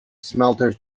smelter